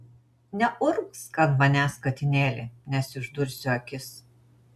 neurgzk ant manęs katinėli nes išdursiu akis